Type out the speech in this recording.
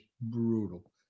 brutal